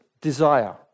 desire